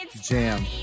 Jam